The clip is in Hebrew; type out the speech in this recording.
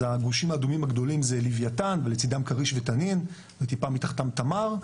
הגושים האדומים הגדולים זה לוויתן ולצידם כריש ותנין וטיפה מתחתם תמר,